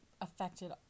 affected